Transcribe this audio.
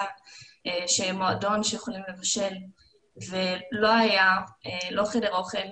שיהיה מועדון שיכולים לבשל ולא היה לא חדר אוכל,